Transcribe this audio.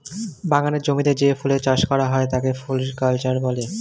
বাগানের জমিতে যে ফুলের চাষ করা হয় তাকে ফ্লোরিকালচার বলে